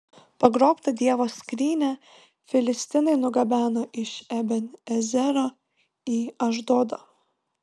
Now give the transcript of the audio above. pagrobtą dievo skrynią filistinai nugabeno iš eben ezero į ašdodą